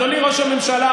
אדוני ראש הממשלה,